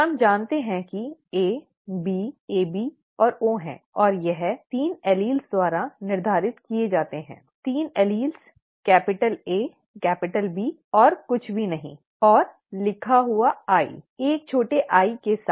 हम जानते हैं कि A B AB और O हैं और यह 3 एलील्स द्वारा निर्धारित किया जाता है ठीक है 3 alleles capital A capital B और कुछ भी नहीं और लिखा हुआ i एक छोटे i के साथ